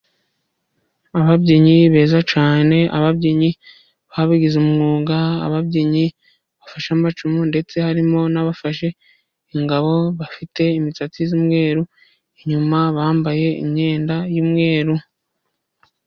Ababyinnyi beza cyane. Ababyinnyi babigize umwuga, ababyinnyi bafashe amacumu ndetse harimo n'abafashe ingabo bafite imisatsi z'umweru inyuma bambaye imyenda y'umweru.